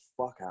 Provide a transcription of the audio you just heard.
out